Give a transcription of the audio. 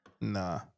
Nah